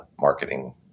marketing